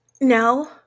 no